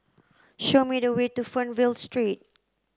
show me the way to Fernvale Street